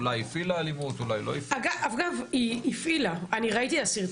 אולי הפעילה אלימות, אולי לא הפעילה אלימות.